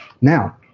now